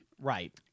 Right